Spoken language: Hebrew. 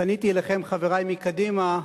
פניתי אליכם, חברי מקדימה,